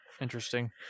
Interesting